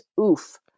oof